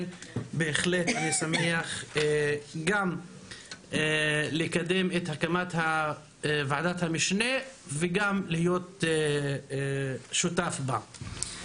בהחלט אני שמח גם לקדם את הקמת וועדת המשנה וגם להיות שותף בה.